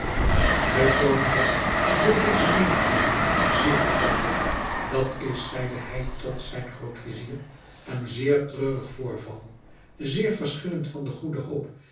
de koning werd door deze mededeeling zeer getroffen dat is zeide hij tot zijn groot-vizier een zeer treurig voorval zeer verschillend van de goede hoop